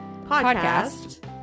podcast